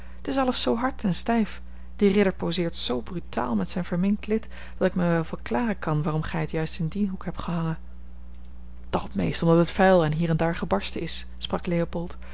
t is alles zoo hard en stijf die ridder poseert zoo brutaal met zijn verminkt lid dat ik mij wel verklaren kan waarom gij het juist in dien hoek hebt gehangen toch het meest omdat het vuil en hier en daar gebarsten is sprak leopold